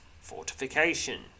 fortification